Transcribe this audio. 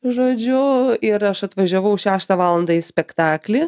žodžiu ir aš atvažiavau šeštą valandą į spektaklį